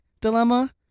dilemma